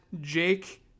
Jake